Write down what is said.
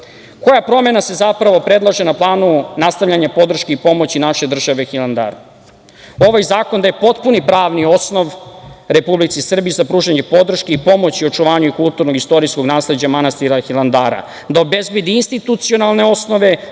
promena se zapravo predlaže na planu nastavljanja podrške i pomoći naše države Hilandaru? Ovaj zakon daje potpuni pravni osnov Republici Srbiji za pružanje podrške i pomoći očuvanju kulturnog i istorijskog nasleđa manastira Hilandara, da obezbedi institucionalne osnove